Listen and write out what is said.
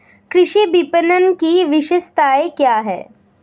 कृषि विपणन की विशेषताएं क्या हैं?